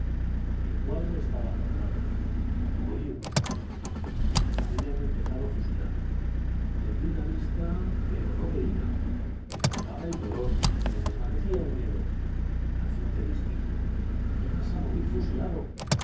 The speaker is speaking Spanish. el cuadro estaba formado oí unos tiros habían empezado a fusilar tendí la vista pero no veía me cegaba el dolor me desvanecía el miedo al fin te distingo ibas a morir fusilado